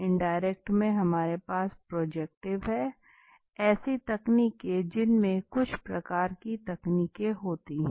indirect में हमारे पास प्रोजेक्टिव है ऐसी तकनीकें जिनमें कुछ प्रकार की तकनीकें होती हैं